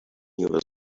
over